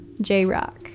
J-Rock